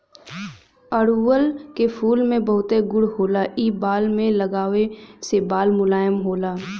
अढ़ऊल के फूल में बहुत गुण होला इ बाल में लगावे से बाल मुलायम होला